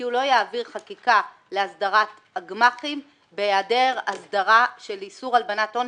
הוא לא יעביר חקיקה להסדרת הגמ"חים בהיעדר הסדרה של איסור הלבנת הון,